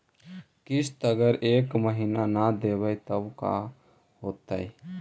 किस्त अगर एक महीना न देबै त का होतै?